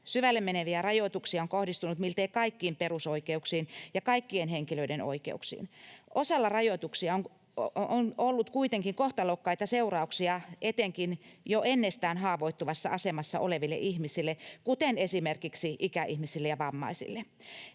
Syvälle meneviä rajoituksia on kohdistunut miltei kaikkiin perusoikeuksiin ja kaikkien henkilöiden oikeuksiin. Osalla rajoituksia on ollut kuitenkin kohtalokkaita seurauksia etenkin jo ennestään haavoittuvassa asemassa oleville ihmisille, kuten esimerkiksi ikäihmisille ja vammaisille.